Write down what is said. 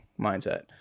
mindset